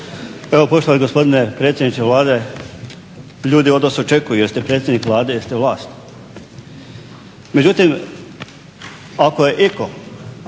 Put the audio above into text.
evo poštovani gospodine predsjedniče Vlade ljudi od vas očekuju jer ste predsjednik Vlade, jer ste vlast. Međutim ako je itko